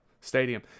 Stadium